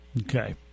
Okay